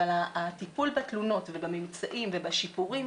אבל הטיפול בתלונות ובממצאים ובשיפורים